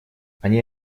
они